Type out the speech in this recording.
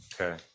Okay